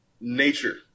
nature